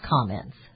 comments